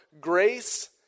grace